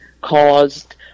caused